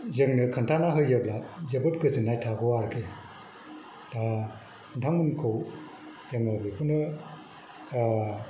जोंनो खिन्थाना होयोब्ला जोबोद गोजोननाय थागौ आरोखि दा नोंथांमोनखौ जोङो बेखौनो